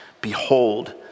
behold